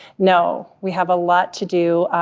no, we have a lot to do.